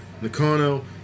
Nakano